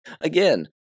again